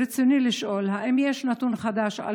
רצוני לשאול: 1. האם יש נתון חדש של